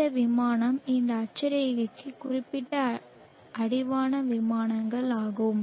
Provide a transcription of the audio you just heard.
இந்த விமானம் இந்த அட்சரேகைக்கு குறிப்பிட்ட அடிவான விமானங்கள் ஆகும்